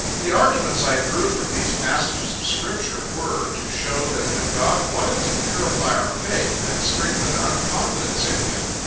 the arguments i drew from these passages of scripture were, to show that when god wanted to purify our faith, and strengthen our confidence in him,